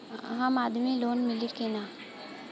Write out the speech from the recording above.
आम आदमी के लोन मिली कि ना?